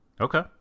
Okay